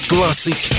Classic